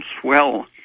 swell